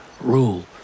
rule